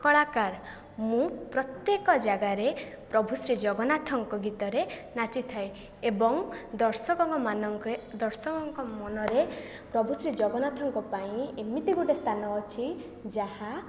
କଳାକାର ମୁଁ ପ୍ରତ୍ୟେକ ଜାଗାରେ ପ୍ରଭୁ ଶ୍ରୀ ଜଗନ୍ନାଥଙ୍କ ଗୀତରେ ନାଚିଥାଏ ଏବଂ ଦର୍ଶକଙ୍କ ମାନଙ୍କ ଦର୍ଶକଙ୍କ ମନରେ ପ୍ରଭୁ ଶ୍ରୀ ଜଗନ୍ନାଥଙ୍କ ପାଇଁ ଏମିତି ଗୋଟିଏ ସ୍ଥାନ ଅଛି ଯାହା